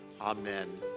Amen